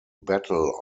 battle